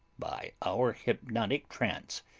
by our hypnotic trance,